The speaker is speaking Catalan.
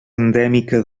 endèmica